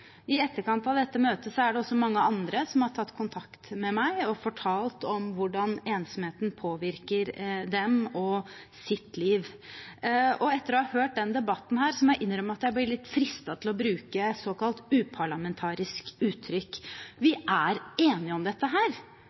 I etterkant av dette møtet er det også mange andre som har tatt kontakt med meg og fortalt om hvordan ensomheten påvirker dem og deres liv. Etter å ha hørt debatten her må jeg innrømme at jeg blir litt fristet til å bruke såkalte uparlamentariske uttrykk. Vi er enige om dette